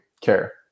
care